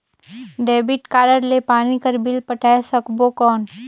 Debit card ले पानी कर बिल पटाय सकबो कौन?